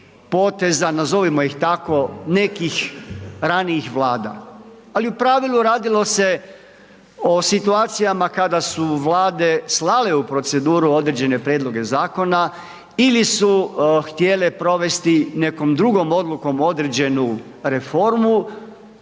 nazovimo ih tako, nekih ranijih Vlada, ali u pravilu radilo se o situacijama kada su Vlade slale u proceduru određene prijedloge zakona ili su htjele provesti nekom drugom odlukom određenu reformu